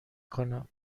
کنم